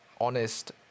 honest